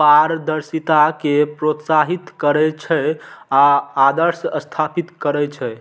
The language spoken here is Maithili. पारदर्शिता कें प्रोत्साहित करै छै आ आदर्श स्थापित करै छै